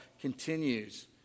continues